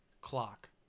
Clock